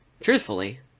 Truthfully